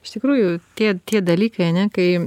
iš tikrųjų tie tie dalykai ane kai